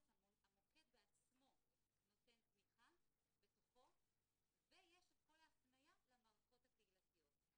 המוקד בעצמו נותן תמיכה בתוכו ויש את כל ההפניה למערכות הקהילתיות.